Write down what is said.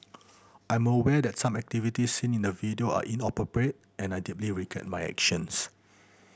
I'm aware that some activities seen in the video are inappropriate and I deeply regret my actions